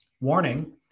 warning